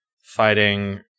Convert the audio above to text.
fighting